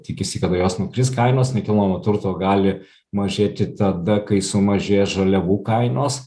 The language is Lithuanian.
tikisi kad jos nukris kainos nekilnojamo turto gali mažėti tada kai sumažės žaliavų kainos